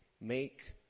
make